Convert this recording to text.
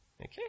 Okay